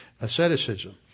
asceticism